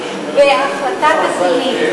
בהחלטה תקדימית,